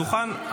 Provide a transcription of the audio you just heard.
הדוכן,